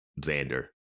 Xander